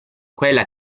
quella